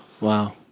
Wow